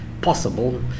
possible